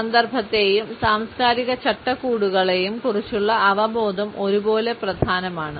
സന്ദർഭത്തെയും സാംസ്കാരിക ചട്ടക്കൂടുകളെയും കുറിച്ചുള്ള അവബോധം ഒരുപോലെ പ്രധാനമാണ്